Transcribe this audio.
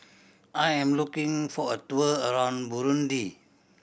I am looking for a tour around Burundi